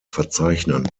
verzeichnen